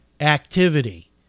activity